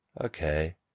okay